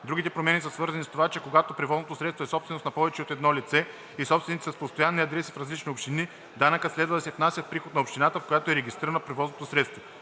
Другите промени са свързани с това, че когато превозното средство е собственост на повече от едно лице и собствениците са с постоянни адреси в различни общини, данъкът следва да се внася в приход на общината, в която е регистрирано превозното средство.